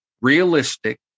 realistic